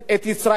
את ישראל,